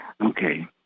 okay